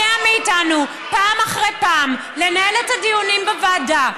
וכשיש פה בן אדם שמונע מאיתנו פעם אחרי פעם לנהל את הדיונים בוועדה,